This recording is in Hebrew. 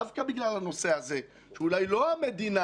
דווקא בגלל הנושא הזה שאולי לא המדינה